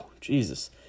Jesus